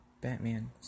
Batman